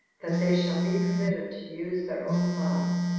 that they shall be permitted to use their own laws.